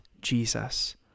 jesus